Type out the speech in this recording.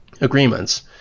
agreements